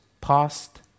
past